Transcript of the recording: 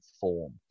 form